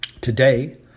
Today